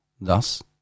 thus